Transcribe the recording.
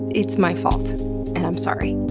it's my fault and i'm sorry.